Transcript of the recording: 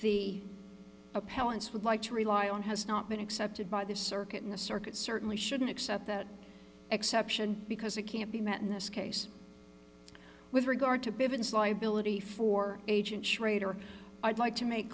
appellant's would like to rely on has not been accepted by the circuit in the circuit certainly shouldn't accept that exception because it can't be met in this case with regard to bivins liability for agent schrader i'd like to make